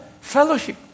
fellowship